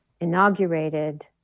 inaugurated